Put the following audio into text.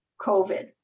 COVID